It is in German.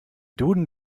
duden